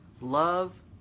love